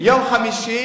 יום חמישי